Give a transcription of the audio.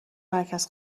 مرکز